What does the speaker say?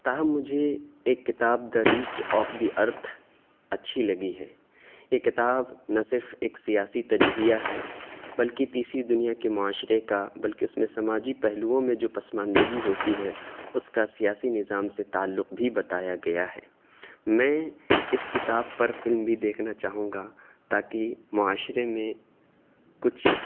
تاہم مجھے ایک کتاب the rest of the earth اچھی لگی ہے یہ کتاب نہ صرف ایک سیاسی تجزیہ ہے بلکہ تیسری دنیا کے معاشرے کا بلکہ اس میں سماجی پہلوؤں میں جو پسماندگی ہوتی ہے اس کا سیاسی نظام سے تعلق بھی بتایا گیا ہے میں اس کتاب پر فلم بھی دیکھنا چاہوں گا تاکہ معاشرے میں کچھ